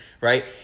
right